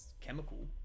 Chemical